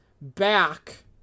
back